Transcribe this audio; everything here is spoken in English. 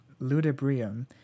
ludibrium